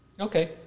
Okay